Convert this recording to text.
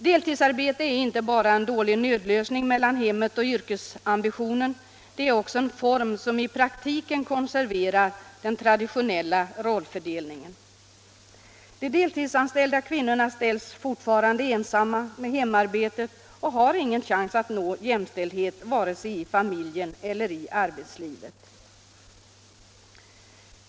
Deltidsarbete är inte bara en dålig nödlösning av konflikten mellan hemarbetet och yrkesambitionen, det är också en form som i praktiken konserverar den traditionella rollfördelningen. De deltidsanställda kvinnorna ställs ofta ensamma med hemarbetet och har ingen chans att nå jämställdhet vare sig i familjen eller i arbetslivet.